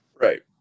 Right